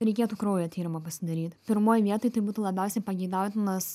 reikėtų kraujo tyrimą pasidaryt pirmoj vietoj tai būtų labiausiai pageidautinas